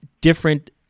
different